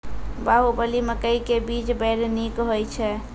बाहुबली मकई के बीज बैर निक होई छै